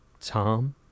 Tom